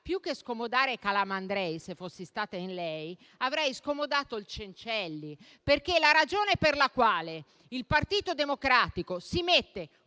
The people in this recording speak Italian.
più che scomodare Calamandrei, se fossi stato in lei avrei scomodato il Cencelli. Infatti la ragione per la quale il Partito Democratico si mette